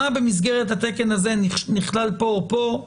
מה במסגרת התקן הזה נכלל פה או פה.